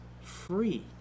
free